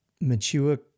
mature